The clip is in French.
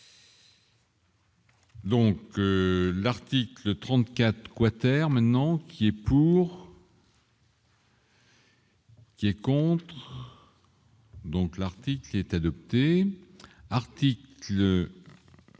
Donc, l'article 34 quater maintenant qui est pour. Qui est contre. Donc, l'article est adopté article